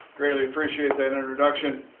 really appreciate that introduction.